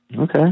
Okay